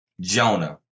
Jonah